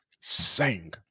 sing